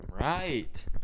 Right